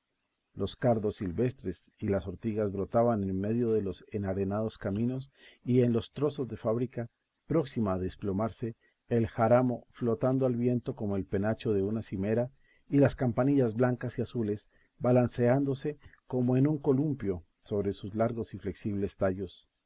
los cardos silvestres y las ortigas brotaban en medio de los enarenados caminos y en los trozos de fábrica próxima a desplomarse el jaramago flotando al viento como el penacho de una cimera y las campanillas blancas y azules balanceándose como en un columpio sobre sus largos y flexibles tallos